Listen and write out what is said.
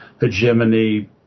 hegemony